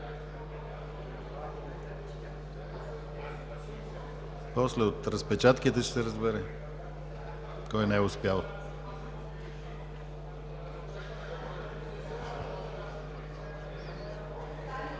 Това е много